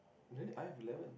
then I have eleven